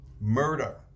murder